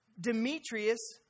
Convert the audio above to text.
Demetrius